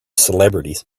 celebrities